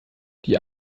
die